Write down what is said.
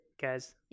guys